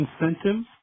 incentives